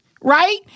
Right